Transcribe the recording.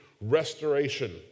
restoration